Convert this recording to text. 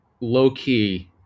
low-key